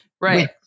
Right